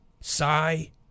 Sigh